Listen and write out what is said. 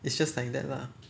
it's just like that lah